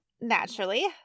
Naturally